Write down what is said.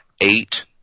eight